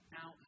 Now